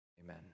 Amen